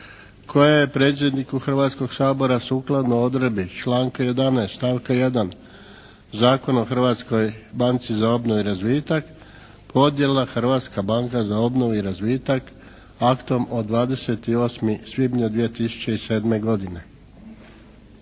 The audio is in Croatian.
koja je predsjedniku Hrvatskog sabora sukladno odredbi članka 11. stavka 1. Zakona o Hrvatskoj banci za obnovu i razvitak podnijela Hrvatska banka za obnovu i razvitak aktom od 28. svibnja 2007. godine.